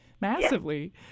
massively